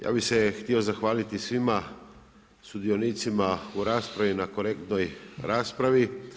Ja bih se htio zahvaliti svima sudionicima u raspravi na korektnoj raspravi.